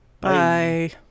Bye